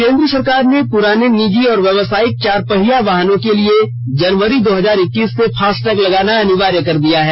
केन्द्र सरकार ने पुराने निजी और व्यवसायिक चार पहिया वाहनों के लिए जनवरी दो हजार इककीस से फास्टैग लगाना अनिवार्य कर दिया है